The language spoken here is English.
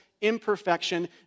imperfection